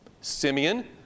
Simeon